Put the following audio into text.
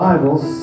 Bibles